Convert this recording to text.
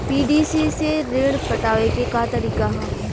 PDC से ऋण पटावे के का तरीका ह?